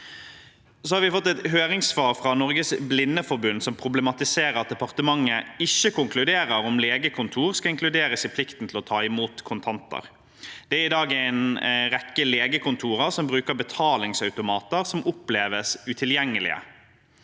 Vi har fått et høringssvar fra Norges Blindeforbund, som problematiserer at departementet ikke konkluderer om legekontor skal inkluderes i plikten til å ta imot kontanter. Det er i dag en rekke legekontor som bruker betalingsautomater som oppleves utilgjengelige.